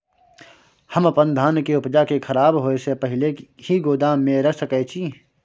हम अपन धान के उपजा के खराब होय से पहिले ही गोदाम में रख सके छी?